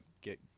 get